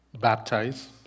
baptize